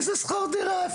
איזה שכר דירה?